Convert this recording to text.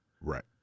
Right